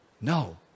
No